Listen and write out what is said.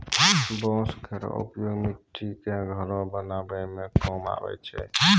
बांस केरो उपयोग मट्टी क घरो बनावै म काम आवै छै